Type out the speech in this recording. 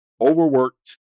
overworked